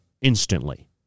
instantly